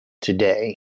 today